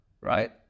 right